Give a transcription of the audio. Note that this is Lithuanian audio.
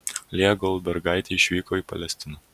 lėja goldbergaitė išvyko į palestiną